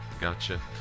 gotcha